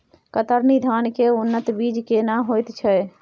कतरनी धान के उन्नत बीज केना होयत छै?